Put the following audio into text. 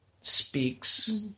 speaks